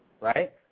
right